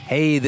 Hey